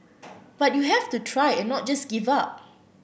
but you have to try and not just give up